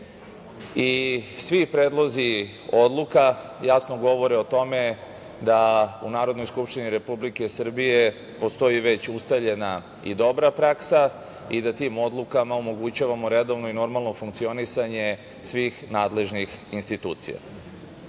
predlozi odluka jasno govore o tome da u Narodnoj skupštini Republike Srbije postoji već ustaljena i dobra praksa i da tim odlukama omogućavamo redovno i normalno funkcionisanje svih nadležnih institucija. Kada